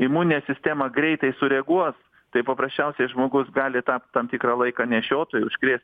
imuninė sistema greitai sureaguos tai paprasčiausiai žmogus gali tapt tam tikrą laiką nešiotoju užkrėst